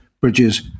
Bridges